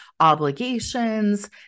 Obligations